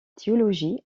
théologie